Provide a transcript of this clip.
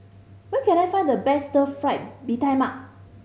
where can I find the best Stir Fried Mee Tai Mak